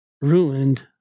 ruined